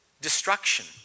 destruction